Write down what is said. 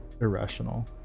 irrational